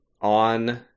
on